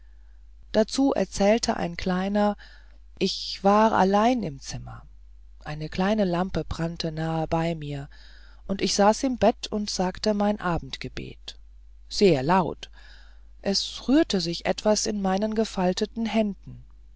dazu erzählte ein kleiner ich war allein im zimmer eine kleine lampe brannte nahe bei mir und ich saß im bett und sagte mein abendgebet sehr laut es rührte sich etwas in meinen gefalteten händen